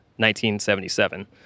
1977